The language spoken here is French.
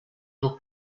jours